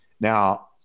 Now